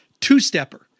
two-stepper